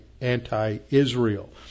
anti-Israel